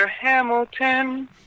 Hamilton